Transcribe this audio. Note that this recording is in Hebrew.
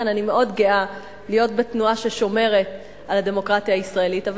אני מאוד גאה להיות בתנועה ששומרת על הדמוקרטיה הישראלית.